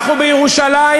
אנחנו בירושלים,